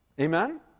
Amen